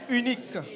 unique